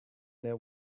there